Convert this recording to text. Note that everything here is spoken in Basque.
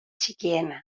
txikiena